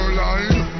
line